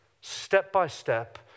step-by-step